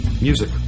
music